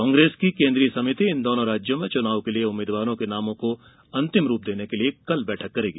कांग्रेस की केंद्रीय समिति इन दोनो राज्यों में चुनाव के लिए उम्मीदवारों के नामों को अंतिम रूप देने के लिए कल बैठक करेगी